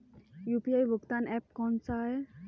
UPI भुगतान app कौन सा है?